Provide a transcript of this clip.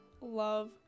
love